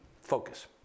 focus